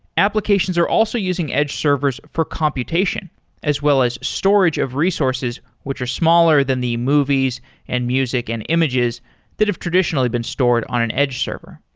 applications are also using edge servers for computation as well as storage of resources, which are smaller than the movies and music and images that have traditionally been stored on an edge server.